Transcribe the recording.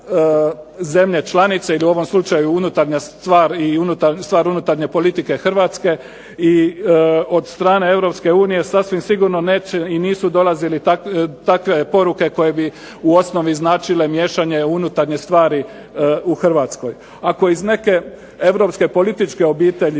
zemlje članice ili u ovom slučaju unutarnja stvar i stvar unutarnje politike Hrvatske i od strane Europske unije neće i nisu dolazile takve poruke koje bi u osnovi značile miješanje u unutarnje stvari u Hrvatskoj. Ako iz neke europske političke obitelji,